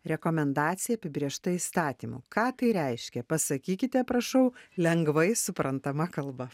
rekomendacija apibrėžta įstatymu ką tai reiškia pasakykite prašau lengvai suprantama kalba